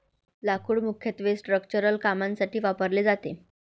लाकूड मुख्यत्वे स्ट्रक्चरल कामांसाठी वापरले जाते